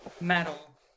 Metal